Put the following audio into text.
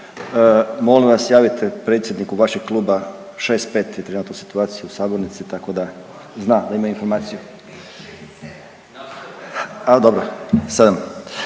molim vas javite predsjedniku vašeg kluba 6 5 je trenutno situacija u sabornici tako da zna, da ima informaciju …/Upadica ne